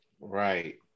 right